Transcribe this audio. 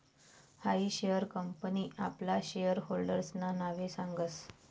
हायी share company आपला share होल्डर्सना नावे सांगस